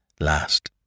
last